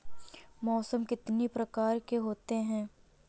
मौसम कितनी प्रकार के होते हैं?